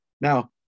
Now